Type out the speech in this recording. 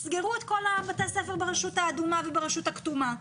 תסגרו את כל בתי הספר ברשות האדומה וברשות הכתומה.